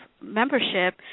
membership